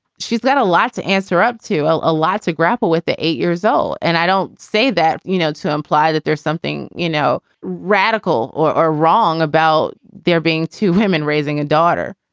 she's got a lot to answer up to. ah a lot to grapple with. eight years old. and i don't say that. you know, to imply that there's something, you know, radical or or wrong about there being two women raising a daughter.